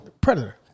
Predator